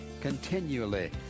continually